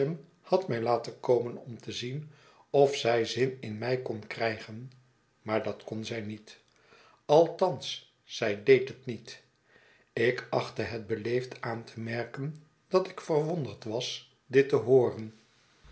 had mij laten komen om te zien of zij zin in mij kon krijgen maar dat kon zij niet althans zij deed het niet ik achtte het beleefd aan te merken dat ik verwonderd was dit te hooren